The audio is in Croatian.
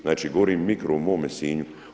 Znači, govorim mikro u mome Sinju.